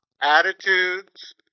attitudes